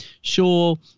sure